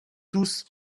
tous